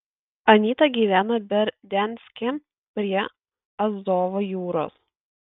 anyta gyveno berdianske prie azovo jūros